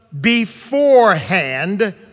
beforehand